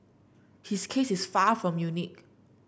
his case is far from unique